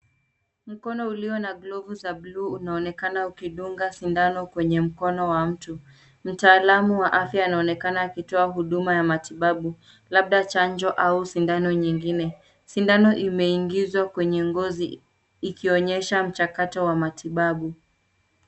Mkono ulio na glavu za bluu unaonekana ukidunga sindano kwenye mkono wa mtu. Mtaalamu wa afya anaonekana akitoa huduma ya matibabu, labda chanjo au sindano nyingine. Sindano imeingizwa kwenye ngozi ikionyesha mchakato wa matibabu.